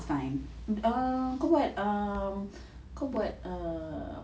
it's fine um uh kau buat ah kau buat uh